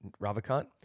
Ravikant